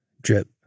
Drip